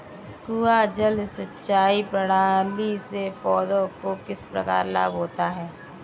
कुआँ जल सिंचाई प्रणाली से पौधों को किस प्रकार लाभ होता है?